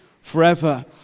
forever